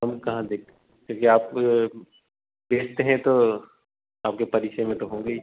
हम कहाँ देखे क्योंकि आप बेचते हैं तो आपके परिचय में तो होंगे ही